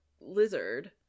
lizard